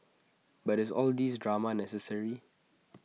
but is all these drama necessary